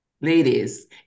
ladies